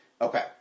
Okay